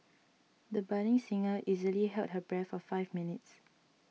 the budding singer easily held her breath for five minutes